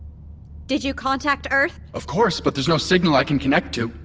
did you contact earth? of course, but there's no signal i can connect to.